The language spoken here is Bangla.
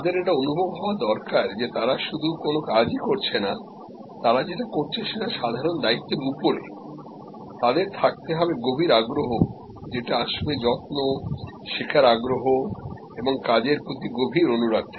তাদের এটা অনুভব হওয়া দরকার যে তারা শুধু কোন কাজই করছে না তারাযেটা করছে সেটা সাধারণদায়িত্বের উপরে তাদের থাকতে হবে গভীর আগ্রহ যেটা আসবে যত্ন শেখার আগ্রহ এবং কাজের প্রতি গভীর অনুরাগ থেকে